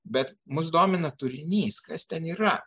bet mus domina turinys kas ten yra